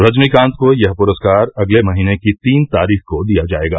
रजनीकांत को यह पुरस्कार अगले महीने की तीन तारीख को दिया जाएगा